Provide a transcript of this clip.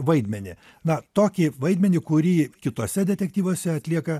vaidmenį na tokį vaidmenį kurį kituose detektyvuose atlieka